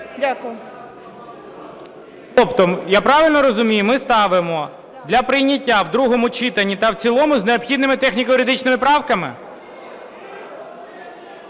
Тобто, я правильно розумію, ми ставимо для прийняття в другому читанні та в цілому з необхідними техніко-юридичними правками?